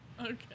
Okay